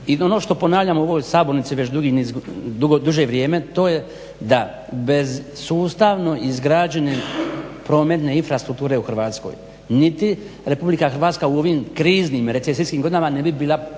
I ono što ponavljam u ovoj sabornici već duže vrijeme, to je da bez sustavno izgrađene prometne infrastrukture u Hrvatskoj niti Republika Hrvatska u ovim kriznim, recesijskim godinama ne bi bila postizala